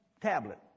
tablet